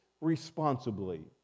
responsibly